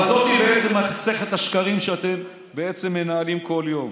אבל זאת בעצם מסכת השקרים שאתם בעצם מנהלים כל יום.